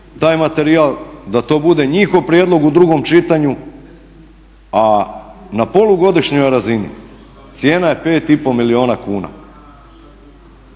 taj materijal, da to bude njihov prijedlog u drugom čitanju, a na polugodišnjoj razini cijena je 5,5 milijuna kuna.